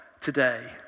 today